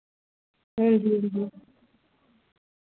हांजी हांजी